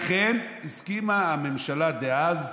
לכן הסכימה הממשלה דאז,